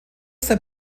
sein